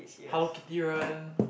Hello-Kitty run